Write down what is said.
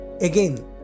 Again